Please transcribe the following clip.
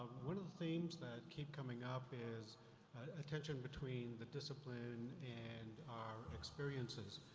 one of the themes that keep coming up is a tension between the discipline and our experiences.